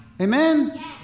Amen